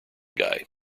guy